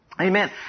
Amen